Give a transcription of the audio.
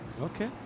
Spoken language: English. Okay